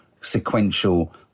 sequential